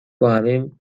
باهمیم